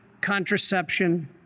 contraception